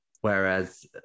Whereas